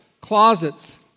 closets